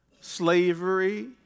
Slavery